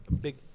big